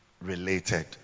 related